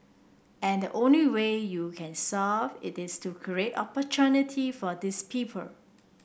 and the only way you can solve it is to create opportunity for these people